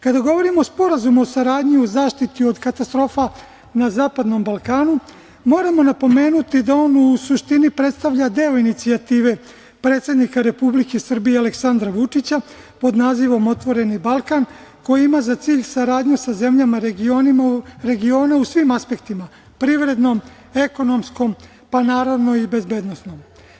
Kada govorimo o Sporazumu o saradnji i zaštiti od katastrofa na zapadnom Balkanu, moramo napomenuti da on u suštini predstavlja deo inicijative predsednika Republike Srbije predsednika Aleksandra Vučića, pod nazivom Otvoreni Balkan, koji ima za cilj saradnju sa zemljama regiona u svim aspektima, privrednom, ekonomskom, pa naravno, i bezbednosnom.